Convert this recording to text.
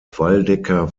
waldecker